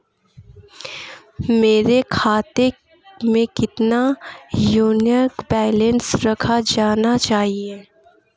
मेरे खाते में कितना न्यूनतम बैलेंस रखा जाना चाहिए?